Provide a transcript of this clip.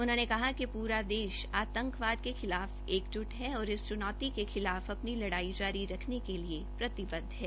उन्होंने कहा कि पूरा देश आंतकवाद के खिलाफ एकजुट है और इस चुनौती के खिलाफ अपनी लड़ाई जारी रखने के लिए प्रतिबद्व है